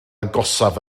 agosaf